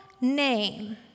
name